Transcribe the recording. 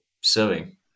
sewing